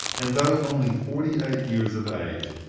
and, though only forty-eight years of age,